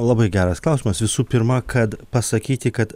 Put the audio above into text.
labai geras klausimas visų pirma kad pasakyti kad